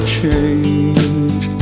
change